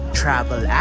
travel